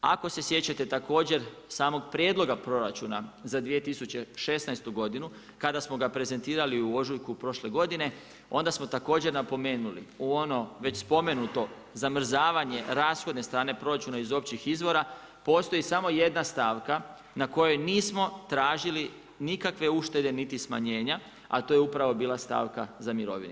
Ako se sjećate također samog prijedloga proračuna za 2016. godinu, kada smo ga prezentirali u ožujku prošle godine onda smo također napomenuli u onom već spomenuto zamrzavanje rashodne strane proračuna iz općih izvora, postoji samo jedna stavka na kojoj nismo tražili nikakve uštede niti smanjenja, a to je bila upravo stavka za mirovine.